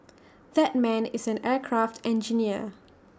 that man is an aircraft engineer